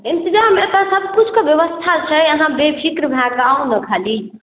इन्तजाम एतय सभकिछुके व्यवस्था छै अहाँ बेफिक्र भए कऽ आउ ने खाली